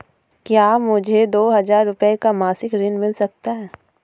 क्या मुझे दो हजार रूपए का मासिक ऋण मिल सकता है?